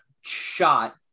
shot